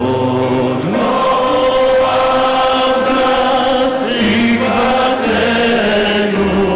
חברי הכנסת, תם טקס הצהרת האמונים